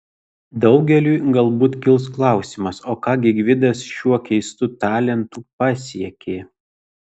daugeliui galbūt kils klausimas o ką gi gvidas šiuo keistu talentu pasiekė